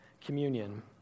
communion